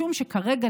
משום שכרגע,